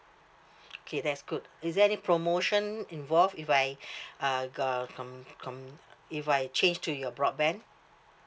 okay that's good is there any promotion involve if I uh go com~ com~ if I change to your broadband